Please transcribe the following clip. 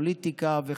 פוליטיקה וחדשות,